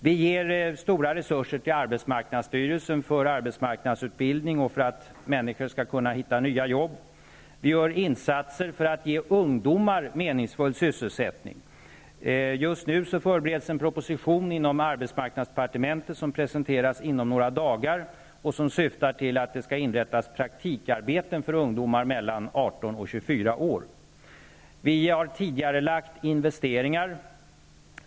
Vi ger stora resurser till arbetsmarknadsstyrelsen för arbetsmarknadsutbildning och för att människor skall kunna hitta nya jobb. Vi gör insatser för att ge ungdomar meningsfull sysselsättning. Just nu förbereds en proposition inom arbetsmarknadsdepartementet, som presenteras inom några dagar, och som syftar till att praktikarbeten skall inrättas för ungdomar mellan 18 och 24 år. Vi har tidigarelagt investeringar.